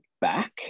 back